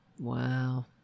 Wow